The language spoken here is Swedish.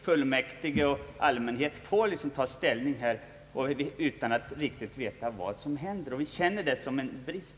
Fullmäktige och allmänhet får ta ställning utan att riktigt veta vad som händer, och det känner vi som en brist.